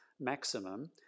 maximum